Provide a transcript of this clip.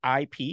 ip